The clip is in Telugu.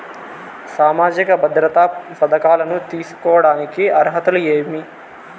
సామాజిక భద్రత పథకాలను తీసుకోడానికి అర్హతలు ఏమి?